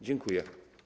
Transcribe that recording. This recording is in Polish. Dziękuję.